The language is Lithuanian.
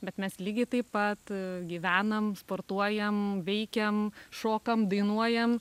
bet mes lygiai taip pat gyvenam sportuojam veikiam šokam dainuojam